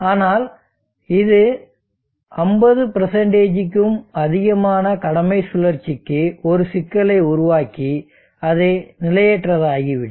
ஆனால் இது 50 க்கும் அதிகமான கடமை சுழற்சிக்கு ஒரு சிக்கலை உருவாக்கி அது நிலையற்றதாகிவிடும்